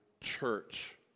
church